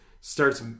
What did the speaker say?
starts